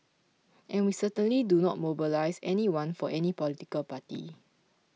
and we certainly do not mobilise anyone for any political party